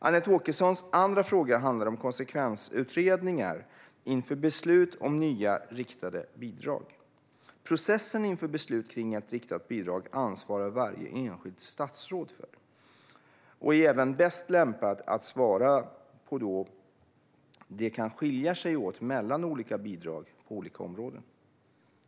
Anette Åkessons andra fråga handlar om konsekvensutredningar inför beslut om nya riktade bidrag. Processen inför beslut kring ett riktat bidrag ansvarar varje enskilt statsråd för, och detta statsråd är även bäst lämpat att svara på detta, då det kan skilja sig åt mellan olika bidrag på olika områden.